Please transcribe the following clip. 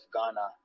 Ghana